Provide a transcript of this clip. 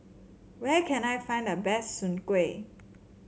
where can I find the best Soon Kway